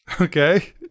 Okay